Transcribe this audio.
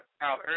out